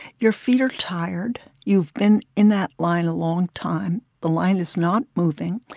your feet are tired. you've been in that line a long time. the line is not moving,